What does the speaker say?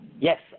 Yes